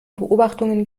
beobachtungen